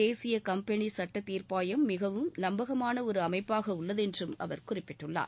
தேசிய கம்பெனி சுட்டத் தீர்ப்பாயம் மிகவும் நம்பகமான ஒரு அமைப்பாக உள்ளது என்றும் அவர் குறிப்பிட்டுள்ளார்